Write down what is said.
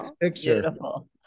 Beautiful